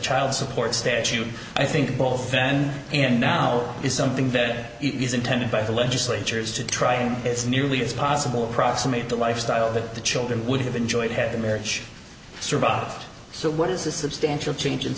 child support statute i think both then and now is something that is intended by the legislatures to try and it's nearly as possible approximate the lifestyle that the children would have enjoyed had the marriage survived so what is the substantial change